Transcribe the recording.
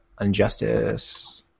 Unjustice